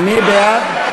בעד